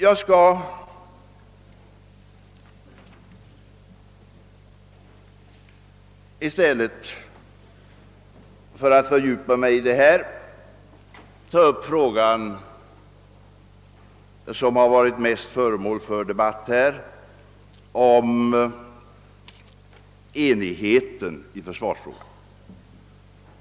Jag skall emellertid, i stället för att fördjupa mig i detta, ta upp det som har varit föremål för debatt här, nämligen enigheten i försvarsfrågan.